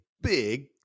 big